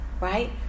right